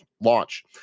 launch